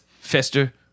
Fester